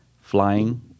flying